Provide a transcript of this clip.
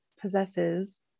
possesses